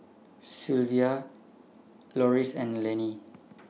Sylvia Loris and Laney